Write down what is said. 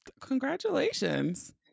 Congratulations